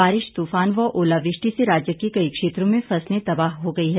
बारिश तूफान व ओलावृष्टि से राज्य के कई क्षेत्रों में फसलें तबाह हो गई हैं